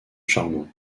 charmant